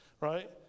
right